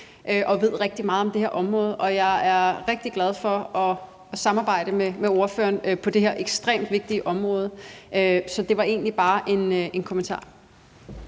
og ved rigtig meget om det her område. Jeg er rigtig glad for at samarbejde med ordføreren på det her ekstremt vigtige område. Så det var egentlig bare en kommentar.